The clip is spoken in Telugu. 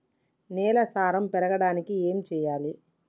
నేల సారం పెరగడానికి ఏం చేయాలి?